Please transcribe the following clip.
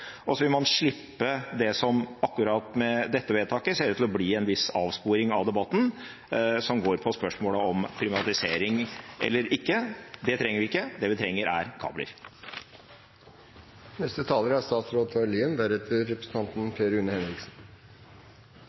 og så vil man slippe det som med akkurat dette vedtaket ser ut til å bli en viss avsporing av debatten, som går på spørsmålet om privatisering eller ikke. Det trenger vi ikke. Det vi trenger, er